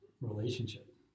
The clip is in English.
relationship